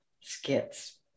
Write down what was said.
skits